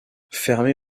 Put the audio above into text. fermée